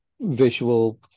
visual